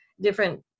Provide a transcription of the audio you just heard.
different